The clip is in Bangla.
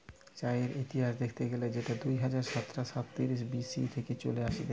চায়ের ইতিহাস দেখতে গেলে সেটা দুই হাজার সাতশ সাইতিরিশ বি.সি থেকে চলে আসতিছে